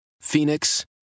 Phoenix